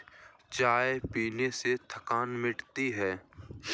चाय पीने से थकान मिटती है